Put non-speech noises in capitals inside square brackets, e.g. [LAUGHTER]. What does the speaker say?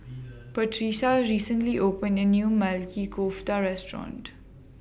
[NOISE] Patrica recently opened A New Maili Kofta Restaurant